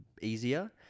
easier